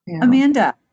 Amanda